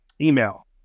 email